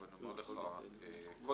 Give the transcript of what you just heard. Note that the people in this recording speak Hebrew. אני